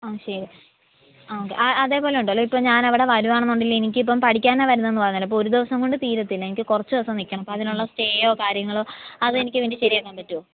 ആ ശരി ആ ഓക്കെ ആ അതെപോലെ ഉണ്ടല്ലോ ഇപ്പോൾ ഞാൻ അവിടെ വരുവാണെന്നുണ്ടെങ്കിൽ എനിക്ക് ഇപ്പം പഠിക്കാനാണ് വരുന്നതെന്ന് പറഞ്ഞല്ലോ അപ്പോൾ ഒരു ദിവസം കൊണ്ട് തീരത്തില്ല എനിക്ക് കുറച്ച് ദിവസം നിൽക്കണം അപ്പോൾ അതിനുള്ള സ്റ്റേയോ കാര്യങ്ങളോ അത് എനിക്ക് വേണ്ടി ശരിയാക്കാൻ പറ്റുമോ